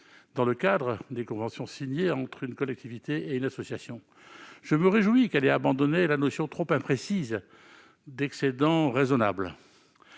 dans le cadre d'une convention signée entre une collectivité et une association. Je me réjouis qu'elle ait abandonné la notion trop imprécise d'« excédent raisonnable